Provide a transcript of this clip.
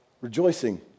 rejoicing